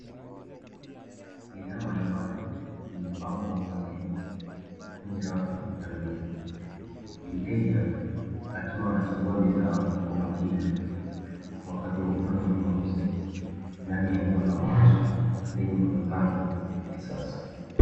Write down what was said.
Bidhaa mbalimbali zimepangwa kwa mpangilio kwenye rafu. Mteja akiwa anachagua bidhaa kwa makini wakati wa kufanya manunuzi ndani ya eneo la mauzo, lenye muonekano wa kisasa.